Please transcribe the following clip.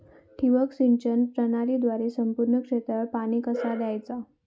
ठिबक सिंचन प्रणालीद्वारे संपूर्ण क्षेत्रावर पाणी कसा दयाचा?